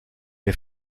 les